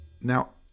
Now